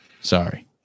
Sorry